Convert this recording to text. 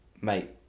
Mate